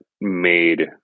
made